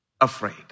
afraid